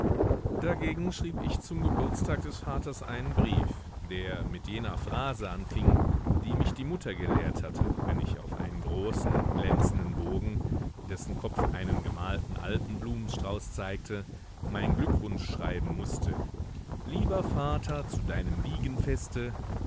dagegen schrieb ich zum geburtstag des vaters einen brief der mit jener phrase anfing die mich die mutter gelehrt hatte wenn ich auf einen großen glänzenden bogen dessen kopf einen gemalten alpenblumenstrauß zeigte meinen glückwunsch schreiben mußte lieber vater zu deinem